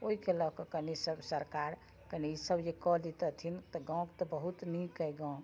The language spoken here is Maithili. ओइके लअ कऽ कनी सब सरकार ई सब जे कऽ देथिन तऽ गाँवके तऽ बहुत नीक अइ गाँव